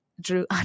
Drew